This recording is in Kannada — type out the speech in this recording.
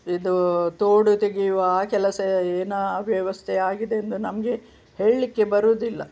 ಇದು ತೋಡು ತೆಗೆಯುವ ಆ ಕೆಲಸ ಏನಾ ಅವ್ಯವಸ್ಥೆ ಆಗಿದೆ ಎಂದು ನಮಗೆ ಹೇಳಲಿಕ್ಕೆ ಬರುವುದಿಲ್ಲ